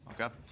okay